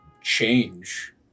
change